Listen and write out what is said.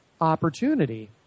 opportunity